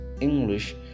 English